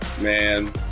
Man